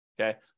okay